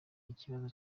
ikibazo